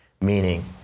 Meaning